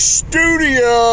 studio